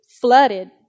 flooded